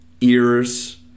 ears